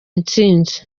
intsinzi